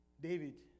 David